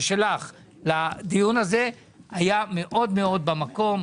ושלך לדיון הזה הייתה מאוד מאוד במקום,